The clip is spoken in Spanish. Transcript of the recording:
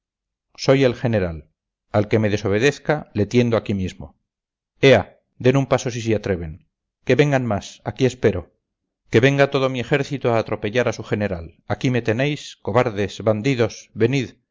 soy el general al que me desobedezca le tiendo aquí mismo ea den un paso si se atreven que vengan más aquí espero que venga todo mi ejército a atropellar a su general aquí me tenéis cobardes bandidos venid